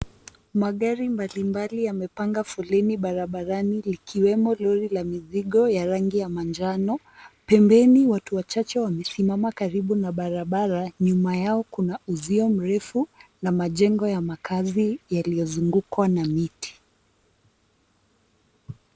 Magari mbali mbali yamepanga foleni barabarani, likiwemo lori la mizigo la rangi ya manjano. Pembeni watu wachache wamesimama karibu na barabara. Nyuma yao kuna uzio mrefu na majengo ya makazi yaliyozungukwa na miti.